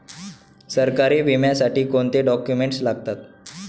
सागरी विम्यासाठी कोणते डॉक्युमेंट्स लागतात?